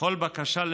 בכל בקשה?